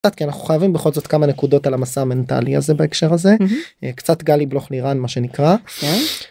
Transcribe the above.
אנחנו חייבים בכל זאת כמה נקודות על המסע המנטלי הזה בהקשר הזה קצת גלי בלוך לירן מה שנקרא.